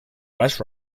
west